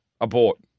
Abort